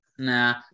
Nah